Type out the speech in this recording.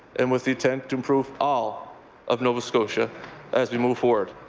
and with the intent to improve all of nova scotia as we move forward.